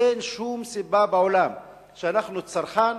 אין שום סיבה בעולם לכך שאנחנו צרכן,